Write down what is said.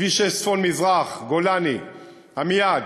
כביש 6 צפון-מזרח גולני עמיעד,